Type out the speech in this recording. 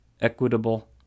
equitable